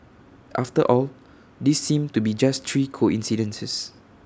after all these seem to be just three coincidences